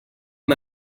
amb